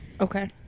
Okay